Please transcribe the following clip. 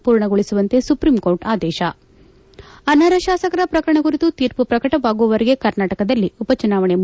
ಪೂರ್ಣಗೊಳಿಸುವಂತೆ ಸುಪ್ರೀಂಕೋರ್ಟ್ ಆದೇಶ ಅನರ್ಹ ಶಾಸಕರ ಪ್ರಕರಣ ಕುರಿತ ತೀರ್ಪು ಪ್ರಕಟವಾಗುವವರೆಗೆ ಕರ್ನಾಟಕದಲ್ಲಿ ಉಪಚುನಾವಣೆ ು